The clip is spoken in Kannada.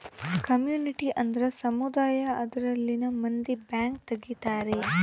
ಕಮ್ಯುನಿಟಿ ಅಂದ್ರ ಸಮುದಾಯ ಅದರಲ್ಲಿನ ಮಂದಿ ಬ್ಯಾಂಕ್ ತಗಿತಾರೆ